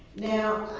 now,